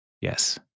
yes